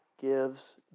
gives